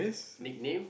nickname